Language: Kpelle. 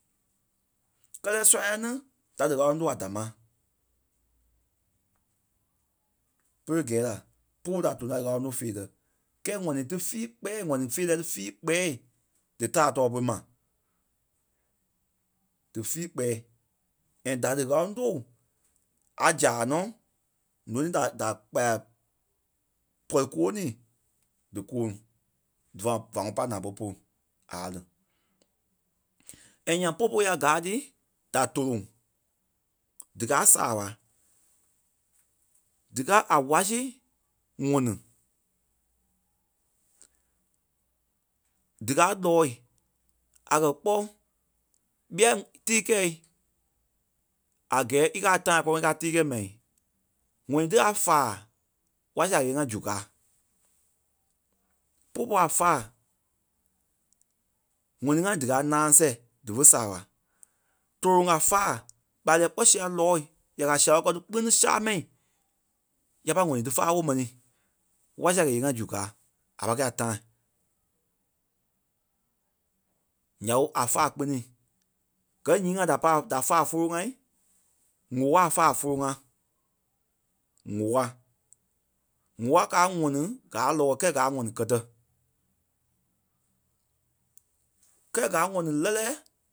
Kɛlɛ sɔ́ya ni da dí ŋ̀áloŋ tóo a damaa pere gɛɛ la poo da tóloŋ da dí ŋ̀áloŋ tóo feerɛ. Kɛɛ ŋɔni ti fii kpɛɛ ŋ̀ɔnii feerɛ ti fii kpɛɛ dí taai tɔɔ pere ma. Dí fii kpɛɛ and da dí ŋ̀áloŋ tóo a zaa nɔ, nônii da- da- kpaya- pɔri kɔɔ̂ŋ ni dí kɔɔ̂ŋ. Dífa va ŋɔnɔ pai naa po polu aa lii. And nyaŋ popo ya gaa ti da tóloŋ díkaa saaɓa. Díkaa a watch sii ŋɔni. Dikaa lɔɔ̂i a kɛ̀ kpɔ́ ɓîa tii kɛi a gɛɛ í kaa a time gɔlɔŋ íkaa tii kɛi mɛi ŋ̀ɔnii tí a faa watch sii a kɛ̀ íyee-ŋa zu kaa. Popo a faa. ŋ̀ɔnii ŋai díkaa náaŋ seh dífe saaɓa. Tóloŋ a faa. ɓa lɛ́ɛ kpɔ́ sia lɔɔ̂i ya kɛ̀ a sia woo kɛ́ nuu kpini sâmai ya pâi ŋ̀ɔnii ti faa woo mɛni. Watch sii a kɛ̀ íyee zu kaa a pai kɛi a time. Nya ɓe a faa kpini. Gɛ nyii ŋai da pai da fâa fólo ŋa woâ a fâa fólo ŋa woà. Woâ kaa a ŋɔni gaa lɔɔ̂i kɛɛ gaa a ŋɔni kɛtɛ. Kɛɛ gaa a ŋɔni lɛ́lɛɛ.